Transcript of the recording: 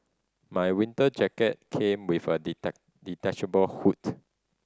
my winter jacket came with a detachable